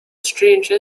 stranger